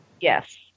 Yes